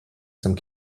some